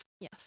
yes